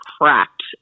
cracked